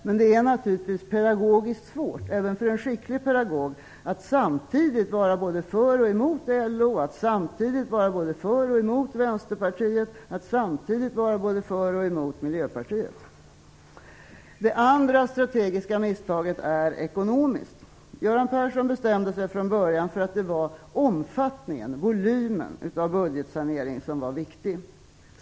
Men det är naturligtvis pedagogiskt svårt, även för en skicklig pedagog, att samtidigt vara både för och emot LO, att samtidigt vara både för och emot Vänsterpartiet och att samtidigt vara både för och emot Miljöpartiet. Det andra stategiska misstaget är ekonomiskt. Göran Persson bestämde sig från början för att det var omfattningen, volymen, av budgetsaneringen som var viktig.